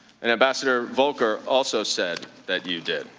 and ambassador volker also said that you did.